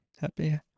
happy